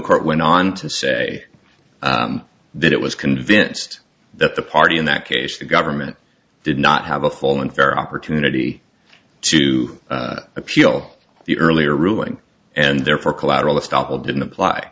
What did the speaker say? court went on to say that it was convinced that the party in that case the government did not have a full and fair opportunity to appeal the earlier ruling and therefore collateral estoppel didn't apply